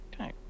okay